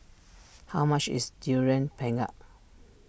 how much is Durian Pengat